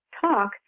talk